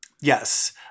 Yes